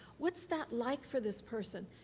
what's that like for this person.